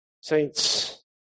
saints